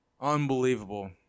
Unbelievable